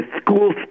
school